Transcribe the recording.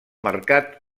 mercat